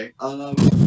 Okay